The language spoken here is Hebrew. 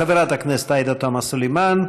חברת הכנסת עאידה תומא סלימאן,